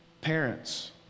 parents